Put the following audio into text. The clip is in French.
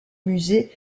musée